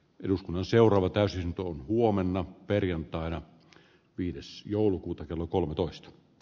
eduskunnan seuraava täysistuntoon huomenna perjantaina viides joulukuuta kello kolmetoista p